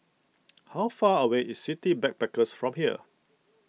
how far away is City Backpackers from here